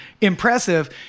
impressive